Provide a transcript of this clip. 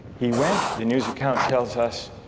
he went, the news account tells us,